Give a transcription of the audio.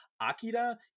Akira